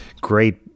great